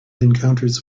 encounters